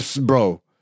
Bro